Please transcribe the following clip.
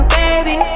baby